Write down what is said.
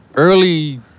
Early